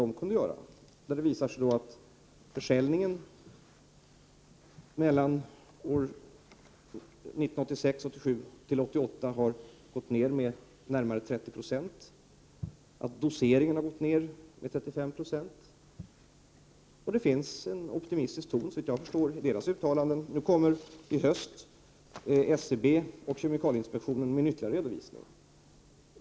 Av denna framgår att 2 juni 1989 försäljningen av bekämpningsmedel minskat med nära 30 20 under åren 1986-1988 och att doseringen har minskat med 35 96. Såvitt jag förstår finns det en optimistisk ton i kemikalieinspektionens uttalanden. I höst kommer SCB och kemikalieinspektionen med ytterligare en redovisning.